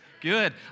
Good